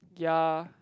ya